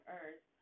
Earth